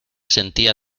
sentía